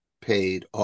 paid